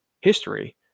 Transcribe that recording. history